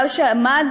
משום שעמד